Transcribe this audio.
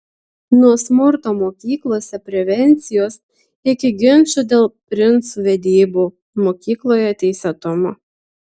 nuo smurto mokyklose prevencijos iki ginčų dėl princų vedybų mokykloje teisėtumo